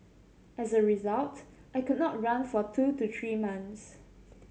as a result I could not run for two to three months